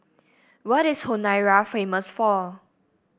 what is Honiara famous for